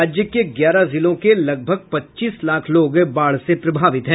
राज्य के ग्यारह जिलों के लगभग पच्चीस लाख लोग बाढ़ से प्रभावित हैं